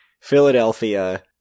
Philadelphia